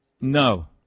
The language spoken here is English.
No